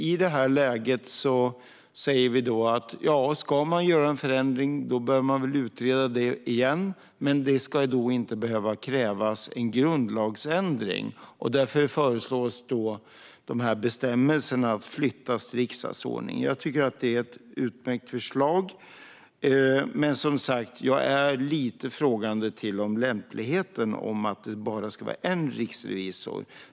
I det läget säger vi: Ska man göra en förändring bör man utreda det igen, men det ska då inte behövas en grundlagsändring. Därför föreslås alltså att dessa bestämmelser flyttas till riksdagsordningen. Jag tycker att detta är ett utmärkt förslag, men jag är som sagt lite frågande till lämpligheten i att det ska finnas bara en riksrevisor.